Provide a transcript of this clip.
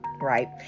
Right